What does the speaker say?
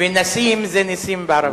ו"נָסים" זה נסים בערבית.